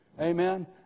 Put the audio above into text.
Amen